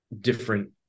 different